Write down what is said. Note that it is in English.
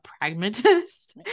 pragmatist